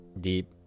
deep